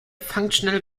functional